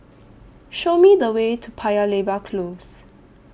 Show Me The Way to Paya Lebar Close